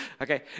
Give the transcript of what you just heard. Okay